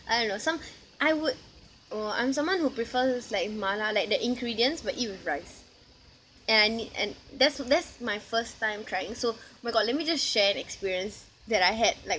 I don't know some I would or uh I'm someone who prefers like mala like the ingredients but eat with rice and I need and that's that's my first time trying so oh my god let me just share an experience that I had like